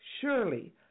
Surely